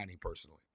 personally